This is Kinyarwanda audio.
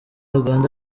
uganda